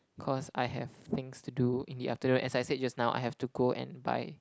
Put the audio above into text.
cause I have things to do in the afternoon as I said just now I have to go and buy